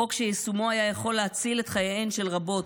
חוק שיישומו היה יכול להציל את חייהן של רבות,